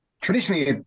Traditionally